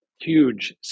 huge